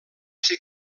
ser